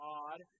odd